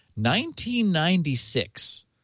1996